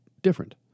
different